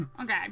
Okay